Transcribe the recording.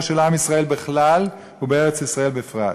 של עם ישראל בכלל ובארץ-ישראל בפרט.